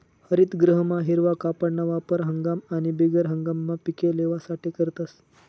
हरितगृहमा हिरवा कापडना वापर हंगाम आणि बिगर हंगाममा पिके लेवासाठे करतस